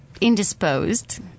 indisposed